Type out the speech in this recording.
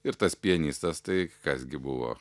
ir tas pianistas tai kas gi buvo